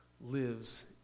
lives